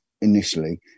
initially